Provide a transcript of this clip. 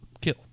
kill